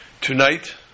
Tonight